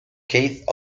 keith